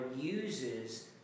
uses